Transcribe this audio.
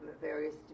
various